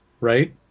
right